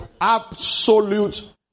Absolute